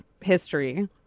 history